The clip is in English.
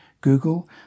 Google